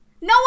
No